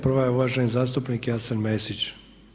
Prvo je uvažen zastupnik Jasen Mesić.